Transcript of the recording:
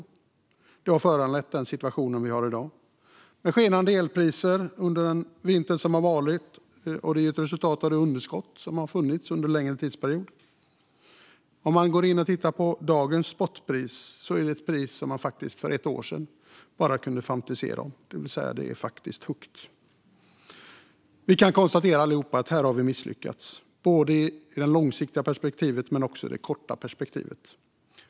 Detta har föranlett den situation vi har i dag med skenande elpriser under vintern som ett resultat av det underskott som har rått under en länge tidsperiod. Dagens spotpris är ett pris som man för ett år sedan bara kunde fantisera om, det vill säga att det faktiskt är högt. Vi kan konstatera allihop att vi har misslyckats här, i det långsiktiga perspektivet men också i det korta perspektivet.